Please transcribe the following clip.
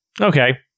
okay